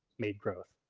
made growth